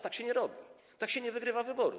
Tak się nie robi, tak się nie wygrywa wyborów.